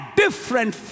different